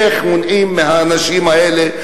איך מונעים מהאנשים האלה,